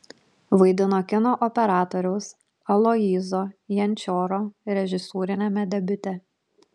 vaidino kino operatoriaus aloyzo jančioro režisūriniame debiute